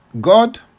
god